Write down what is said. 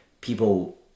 people